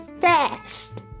fast